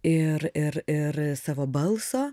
ir ir ir savo balso